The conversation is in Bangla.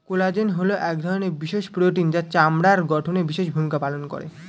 কোলাজেন হলো এক ধরনের বিশেষ প্রোটিন যা চামড়ার গঠনে বিশেষ ভূমিকা পালন করে